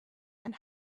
and